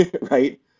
right